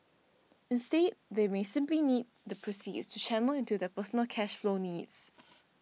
instead they may simply need the proceeds to channel into their personal cash flow needs